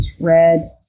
red